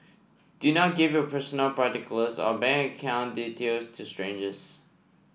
do not give your personal particulars or bank account details to strangers